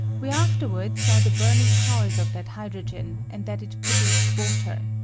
we afterward saw the burning powers of that hy drogen, and that it produced water.